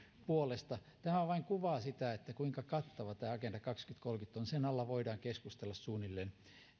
puolesta tämä vain kuvaa sitä kuinka kattava tämä agenda kaksituhattakolmekymmentä on sen alla voidaan keskustella suunnilleen